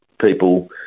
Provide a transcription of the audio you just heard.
people